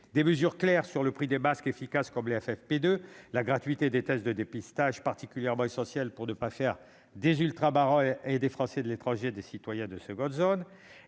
des mesures claires sur le prix des masques efficaces, comme les FFP2, et sur la gratuité des tests de dépistage, particulièrement essentielle pour ne pas faire des Ultramarins et des Français de l'étranger des citoyens de seconde zone.